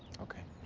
okay.